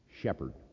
shepherd